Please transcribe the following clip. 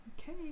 Okay